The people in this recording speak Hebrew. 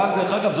אבל דרך אגב,